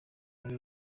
muri